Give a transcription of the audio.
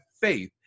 faith